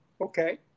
Okay